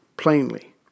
plainly